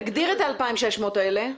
תגדיר את ה-2,600 האלה.